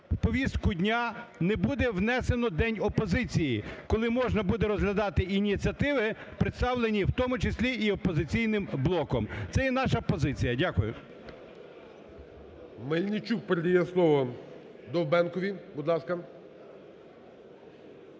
в повістку дня не буде внесено "День опозиції", коли можна буде розглядати ініціативи, представлені в тому числі і "Опозиційним блоком". Це є наша позиція. Дякую. ГОЛОВУЮЧИЙ. Мельничук передає слово Довбенкові. Будь ласка.